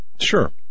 sure